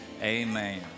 Amen